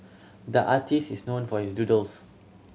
the artist is known for his doodles